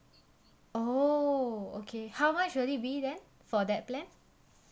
oh okay how much will it be then for that plan